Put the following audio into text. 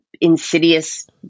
insidious